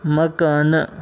مکانہٕ